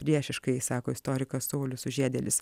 priešiškai sako istorikas saulius sužiedėlis